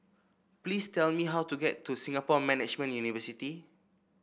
please tell me how to get to Singapore Management University